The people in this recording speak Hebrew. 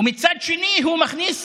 ומצד אחר הוא מכניס